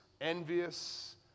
Envious